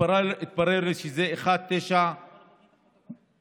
התברר לי שזה 1.9 פלוס,